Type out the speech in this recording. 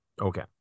Okay